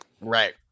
Right